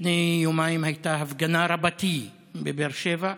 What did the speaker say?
לפני יומיים הייתה הפגנה רבתי בבאר שבע,